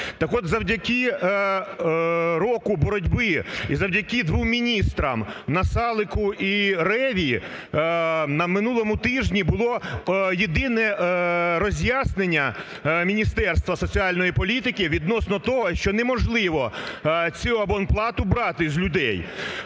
Так от завдяки року боротьби і завдяки двом міністрам, Насалику і Реві, на минулому тижні було єдине роз'яснення Міністерства соціальної політики відносно того, що неможливо цю абонплату брати з людей.